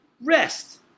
rest